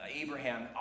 Abraham